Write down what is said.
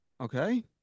Okay